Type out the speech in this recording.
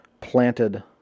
planted